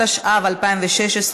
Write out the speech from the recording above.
התשע"ו 2016,